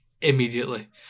immediately